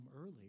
early